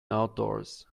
outdoors